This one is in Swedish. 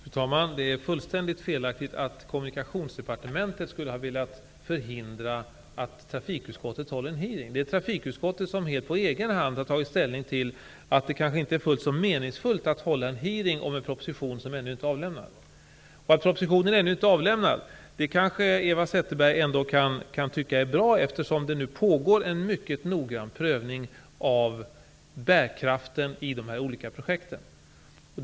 Fru talman! Det är fullständigt felaktigt att Kommunikationsdepartementet skulle ha velat förhindra att trafikutskottet håller en hearing. Det är trafikutskottet som på egen hand har tagit ställning till att det kanske inte är fullt så meningsfullt att hålla en hearing om en proposition som ännu inte är avlämnad. Att propositionen ännu inte är avlämnad kanske Eva Zetterberg kan tycka är bra, eftersom det nu pågår en mycket noggrann prövning av bärkraften i dessa olika projekt.